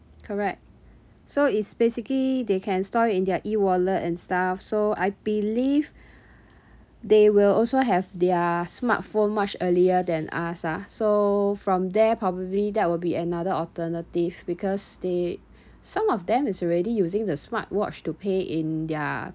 correct so is basically they can store in their E wallet and stuff so I believe they will also have their smartphone much earlier than us ah so from there probably that will be another alternative because they some of them is already using the smartwatch to pay in their